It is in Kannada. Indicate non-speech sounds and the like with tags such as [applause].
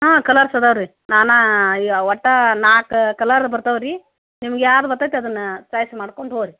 ಹಾಂ ಕಲರ್ಸ್ ಅದಾವೆ ರೀ ನಾನಾ ಅಯ್ಯೋ ಒಟ್ಟು ನಾಲ್ಕು ಕಲರ್ ಬರ್ತಾವೆ ರೀ ನಿಮ್ಗೆ ಯಾವ್ದ್ [unintelligible] ಅದನ್ನು ಚಾಯ್ಸ್ ಮಾಡ್ಕೊಂಡು ಹೋಗ್ರಿ